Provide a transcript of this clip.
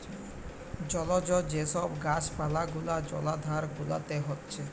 জলজ যে সব গাছ পালা গুলা জলাধার গুলাতে হচ্ছে